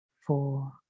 four